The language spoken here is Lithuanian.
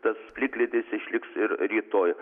tas plikledis išliks ir rytoj